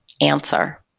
answer